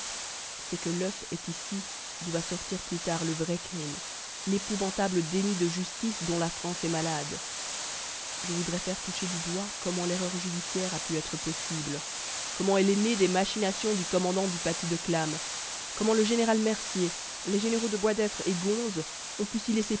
c'est que l'oeuf est ici d'où va sortir plus tard le vrai crime l'épouvantable déni de justice dont la france est malade je voudrais faire toucher du doigt comment l'erreur judiciaire a pu être possible comment elle est née des machinations du commandant du paty de clam comment le général mercier les généraux de boisdeffre et gonse ont pu s'y laisser